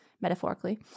metaphorically